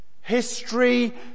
History